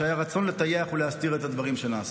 שהיה רצון לטייח ולהסתיר את הדברים שנעשו.